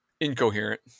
incoherent